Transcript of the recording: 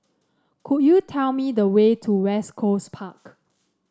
could you tell me the way to West Coast Park